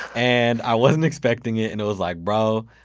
and i wasn't expecting it. and it was like, bro,